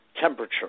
temperature